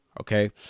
okay